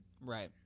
Right